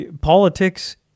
politics